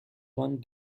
one